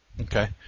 Okay